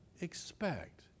expect